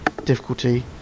Difficulty